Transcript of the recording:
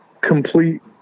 complete